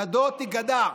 ידו תיגדע.